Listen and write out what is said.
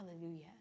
Hallelujah